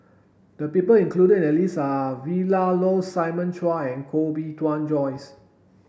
the people included in the list are Vilma Laus Simon Chua and Koh Bee Tuan Joyce